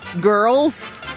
girls